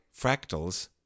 fractals